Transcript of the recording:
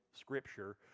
scripture